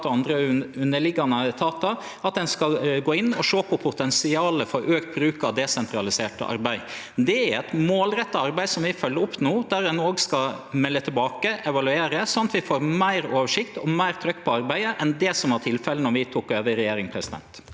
og andre underliggjande etatar, at ein skal gå inn og sjå på potensialet for auka bruk av desentralisert arbeid. Det er eit målretta arbeid som vi følgjer opp no, der ein òg skal melde tilbake, evaluere, slik at vi får meir oversikt og meir trykk på arbeidet enn det som var tilfellet då vi tok over i regjering.